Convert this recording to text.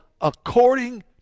according